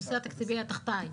הנושא התקציבי היה תחתי,